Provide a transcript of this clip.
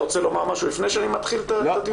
אתה רוצה לומר משהו לפני שאנחנו נכנסים לדיון?